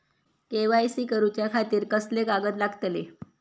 KYC करूच्या खातिर कसले कागद लागतले?